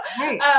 Right